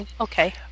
Okay